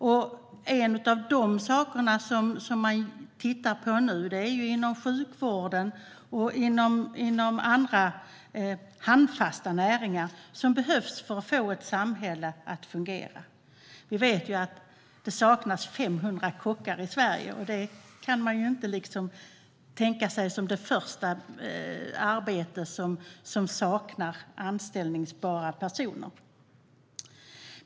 Det är en av de saker som man nu tittar på inom sjukvården och andra handfasta näringar som behövs för att få ett samhälle att fungera. Vi vet att det saknas 500 kockar i Sverige. Det kan man inte tänka sig som det första arbete som saknar anställbara personer.